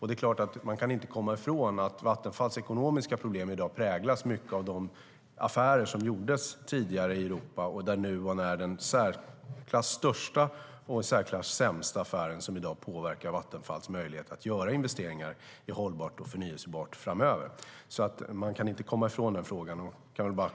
Det är klart att man inte kan komma ifrån att Vattenfalls ekonomiska problem i dag präglas mycket av de affärer som gjordes tidigare i Europa och där Nuon är den i särklass största och i särklass sämsta affär som i dag påverkar Vattenfalls möjligheter att göra investeringar i hållbar och förnybar energi framöver. Man kan alltså inte komma ifrån den frågan.